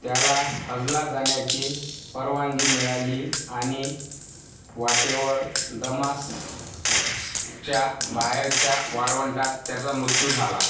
त्याला हजला जाण्याची परवानगी मिळाली आणि वाटेवर दमास्कसच्या बाहेरच्या वाळवंटात त्याचा मृत्यू झाला